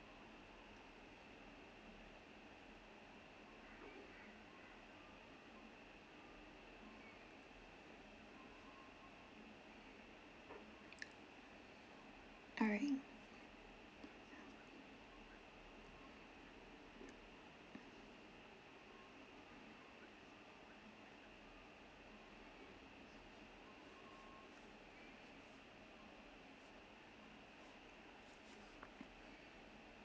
alright